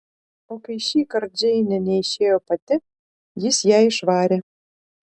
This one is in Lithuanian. o kai šįkart džeinė neišėjo pati jis ją išvarė